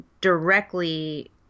directly